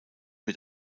mit